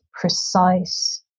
precise